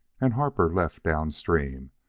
and harper left down-stream,